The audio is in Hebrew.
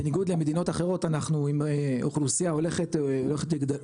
בניגוד למדינות אחרות אנחנו עם אוכלוסייה הולכת וגדלה,